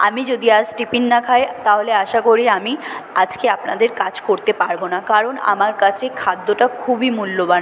আমি যদি আজ টিফিন না খাই তাহলে আশা করি আমি আজকে আপনাদের কাজ করতে পারব না কারণ আমার কাছে খাদ্যটা খুবই মূল্যবান